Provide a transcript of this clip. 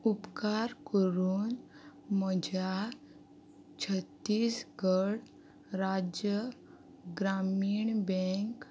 उपकार करून म्हज्या छत्तीसगढ राज्य ग्रामीण बँक